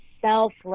selfless